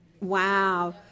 Wow